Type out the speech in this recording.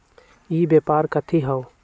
ई व्यापार कथी हव?